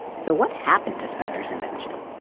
so, what happened to speckter's invention?